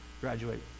graduate